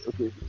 Okay